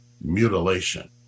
mutilation